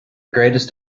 greatest